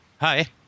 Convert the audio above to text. Hi